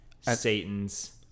Satan's